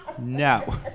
No